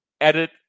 edit